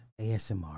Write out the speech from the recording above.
ASMR